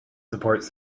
supports